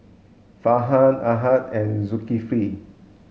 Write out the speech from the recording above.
Farhan Ahad and Zulkifli